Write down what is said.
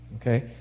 Okay